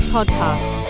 Podcast